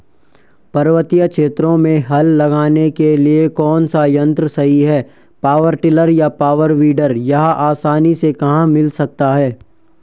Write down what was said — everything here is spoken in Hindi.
पर्वतीय क्षेत्रों में हल लगाने के लिए कौन सा यन्त्र सही है पावर टिलर या पावर वीडर यह आसानी से कहाँ मिल सकता है?